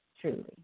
truly